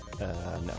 No